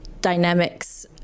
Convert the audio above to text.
dynamics